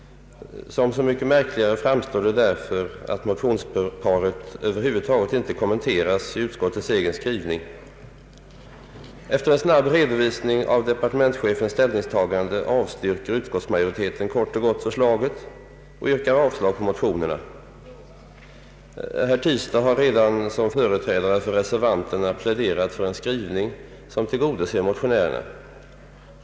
Som så mycket märkligare framstår det därför att motionsparet över huvud taget inte kommenteras i utskottets egen skrivning. Efter en snabb redovisning av departementschefens ställningstagande avstyrker utskottsmajoriteten kort och gott förslaget och yrkar avslag på motionerna. Herr Tistad har redan, som företrädare för reservanterna, pläderat för en skrivning som tillgodoser motionärernas yrkande.